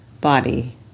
body